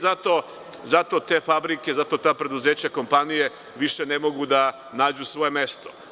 Zato te fabrike, zato ta preduzeća, kompanije više ne mogu da nađu svoje mesto.